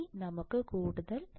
ഇനി നമുക്ക് കൂടുതൽ നോക്കാം